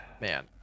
man